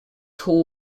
tour